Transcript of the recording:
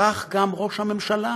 כך גם ראש הממשלה.